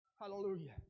Hallelujah